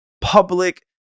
public